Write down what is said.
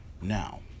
now